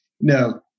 no